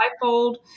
fivefold